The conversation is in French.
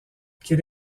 quel